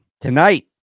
tonight